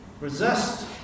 resist